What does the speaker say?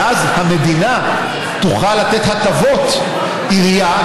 ואז המדינה תוכל לתת הטבות עירייה.